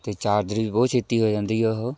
ਅਤੇ ਚਾਰਜਰ ਵੀ ਬਹੁਤ ਛੇਤੀ ਹੋ ਜਾਂਦੀ ਹੈ ਉਹ